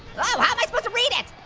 oh how am i supposed to read em?